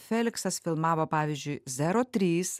feliksas filmavo pavyzdžiui zero trys